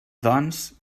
doncs